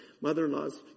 mother-in-law's